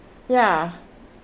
ya